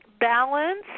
balance